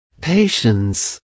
patience